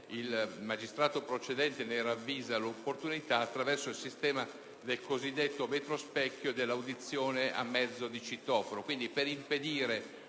il magistrato procedente ne ravvisa l'opportunità), attraverso il sistema del cosiddetto vetrospecchio e dell'audizione a mezzo di citofono, quindi per impedire